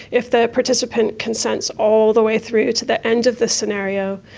if the participant consents all the way through to the end of the scenario,